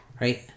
right